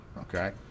okay